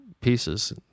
pieces